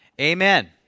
Amen